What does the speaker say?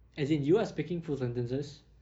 as in you are speaking full sentences